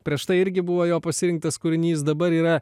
prieš tai irgi buvo jo pasirinktas kūrinys dabar yra